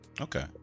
Okay